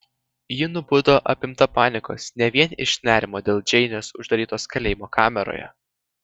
ji nubudo apimta panikos ne vien iš nerimo dėl džeinės uždarytos kalėjimo kameroje